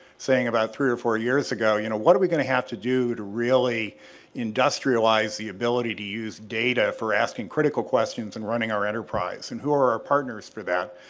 saying about three or four years ago you know what are we going to have to do to really industrialize the ability to use data for asking critical questions and running our enterprise? and who are our partners for that?